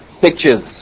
pictures